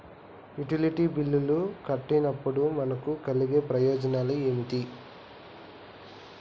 Utility బిల్లులు కట్టినప్పుడు మనకు కలిగే ప్రయోజనాలు ఏమిటి?